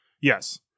Yes